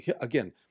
again